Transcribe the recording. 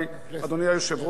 מאות אנשים,